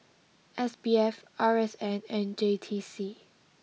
S B F R S N and J T C